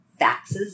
faxes